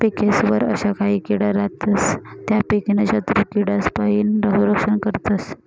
पिकेस्वर अशा काही किडा रातस त्या पीकनं शत्रुकीडासपाईन संरक्षण करतस